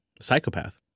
psychopath